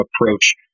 approach